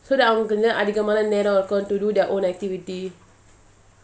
so that அவங்களுக்குஅதிகமானநேரம்இருக்கும்:avangaluku adhigamana neram irukum to do their own activity